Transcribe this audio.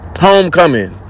homecoming